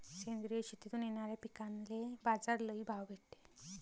सेंद्रिय शेतीतून येनाऱ्या पिकांले बाजार लई भाव भेटते